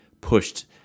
pushed